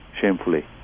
shamefully